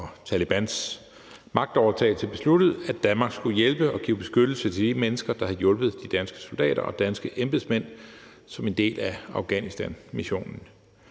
og Talebans magtovertagelse besluttet, at Danmark skulle hjælpe og give beskyttelse til de mennesker, der har hjulpet de danske soldater og danske embedsmænd som en del af Afghanistanmissionen.